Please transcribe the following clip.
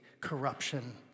corruption